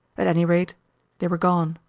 at any rate they were gone.